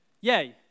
yay